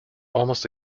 almost